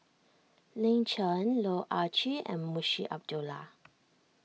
Lin Chen Loh Ah Chee and Munshi Abdullah